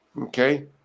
Okay